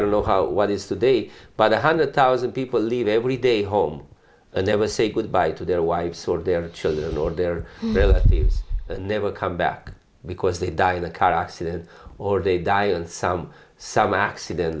you don't know what is the day by the hundred thousand people leave every day home and they were say goodbye to their wives or their children or their abilities and never come back because they die in a car accident or they die and some some accident